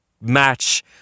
match